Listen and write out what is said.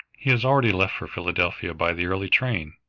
he has already left for philadelphia by the early train.